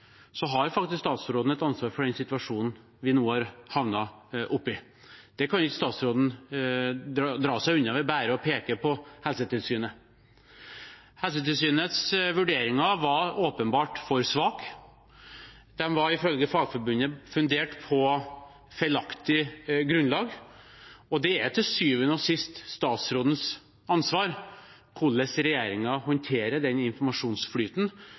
har statsråden et ansvar for den situasjonen vi nå har havnet oppi. Det kan ikke statsråden unndra seg ved bare å peke på Helsetilsynet. Helsetilsynets vurderinger var åpenbart for svake. De var ifølge Fagforbundet fundert på feilaktig grunnlag, og det er til syvende og sist statsrådens ansvar hvordan regjeringen håndterer den informasjonsflyten